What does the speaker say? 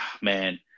man